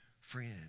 friend